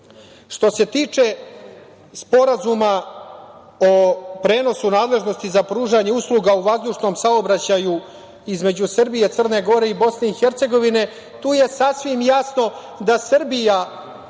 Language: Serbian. se tiče Sporazuma o prenosu nadležnosti za pružanje usluga u vazdušnom saobraćaju između Srbije, Crne Gore i Bosne i Hercegovine, tu je sasvim jasno da Srbija